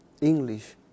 English